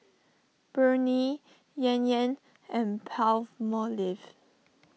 Burnie Yan Yan and Palmolive